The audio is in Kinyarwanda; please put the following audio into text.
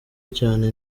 cyane